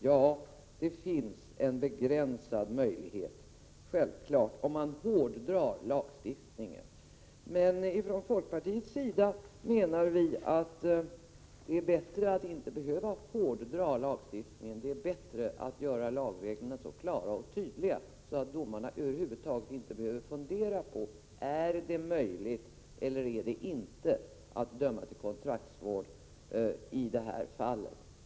Ja, det finns självfallet en begränsad möjlighet om man hårdrar lagstiftningen. Från folkpartiets sida menar vi att det är bättre att inte behöva hårdra lagstiftningen. Det är bättre att göra lagreglerna så klara och tydliga att domarna över huvud taget inte behöver fundera om det är möjligt eller inte att döma till kontraktsvård i detta fall.